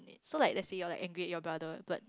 so like let's say you're like angry at your brother but